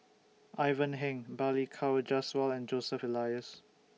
Ivan Heng Balli Kaur Jaswal and Joseph Elias